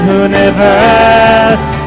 universe